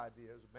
ideas